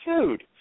Dude